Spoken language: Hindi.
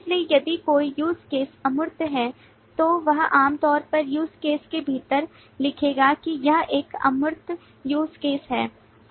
इसलिए यदि कोई Use Case अमूर्त है तो वह आम तौर पर Use Case के भीतर लिखेगा कि यह एक अमूर्त UseCase है